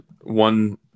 one